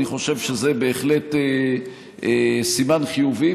אני חושב שזה בהחלט סימן חיובי,